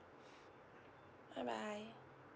bye bye